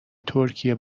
ترکیه